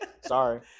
Sorry